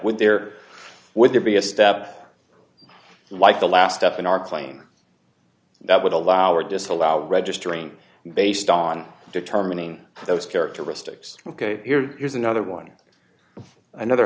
would there would there be a step like the last step in our claim that would allow or disallow registering based on determining those characteristics ok here here's another one another